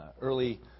early